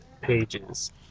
pages